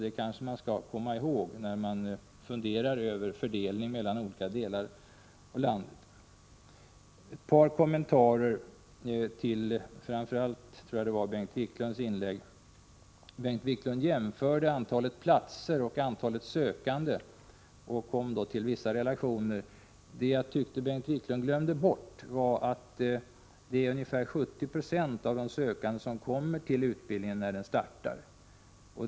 Det skall man kanske komma ihåg när man funderar över fördelningen mellan olika delar av landet. Ett par kommentarer till framför allt Bengt Wiklunds inlägg. Bengt Wiklund jämförde antalet platser och antalet sökande och kom då till vissa relationer. Vad jag tycker Bengt Wiklund glömde bort var att det är ungefär 70 90 av de sökande som kommer till utbildningen när den startar.